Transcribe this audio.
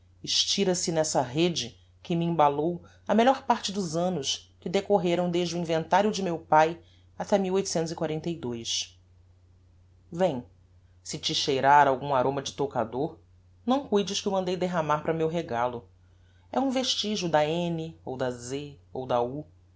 estira te nessa rede que me embalou a melhor parte dos annos que decorreram desde o inventario de meu pae até vem se te cheirar a algum aroma de toucador não cuides que o mandei derramar para meu regalo é um vestígio da n ou da z ou da u